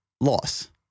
loss